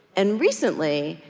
and recently,